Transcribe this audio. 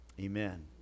amen